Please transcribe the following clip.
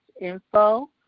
info